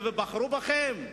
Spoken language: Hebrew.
בחרו בכם?